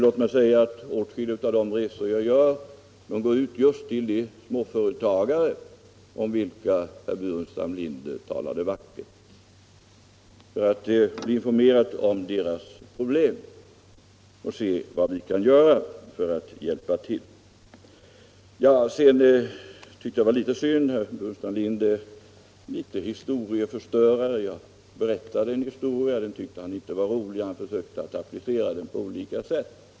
Låt mig säga att åtskilliga av de resor jag gör går just till de småföretagare, om vilka herr Burenstam Linder talade vackert, för att jag skall bli informerad om deras problem och se vad vi kan göra för att hjälpa. Herr Burenstam Linder är litet av en historieförstörare, och det tyckte jag var synd. Jag berättade en historia och den tyckte han inte var rolig utan han försökte applicera den på olika sätt.